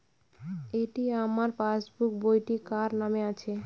এটি আমার পাসবুক বইটি কার নামে আছে?